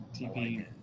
TP